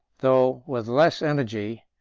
though with less energy,